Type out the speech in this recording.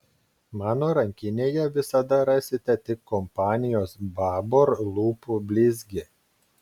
mano rankinėje visada rasite tik kompanijos babor lūpų blizgį